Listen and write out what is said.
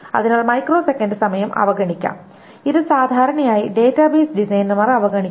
അതിനാൽ മൈക്രോസെക്കൻഡ് സമയം അവഗണിക്കാം ഇത് സാധാരണയായി ഡാറ്റാബേസ് ഡിസൈനർമാർ അവഗണിക്കുന്നു